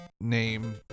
name